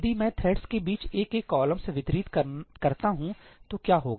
यदि मैं थ्रेड्स के बीच A के कॉलम वितरित करता हूं तो क्या होगा